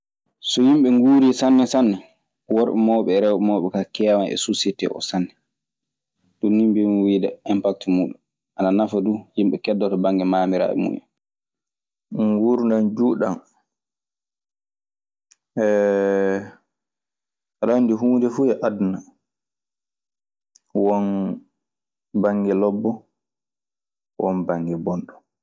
So yimbɓe gurri sanne sanne. Worɓe mawɓe e rewɓe mawɓe kewan e sosiete o sanne. Dun ni bawmi wide impakt mun, ana nafa dun yimɓe kedoto bange mamiraɓe mun hen. Nguurdam juutɗam aɗa anndi huunde fuu e aduna, won bannge lobbo, won bannge bonɗo.